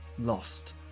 lost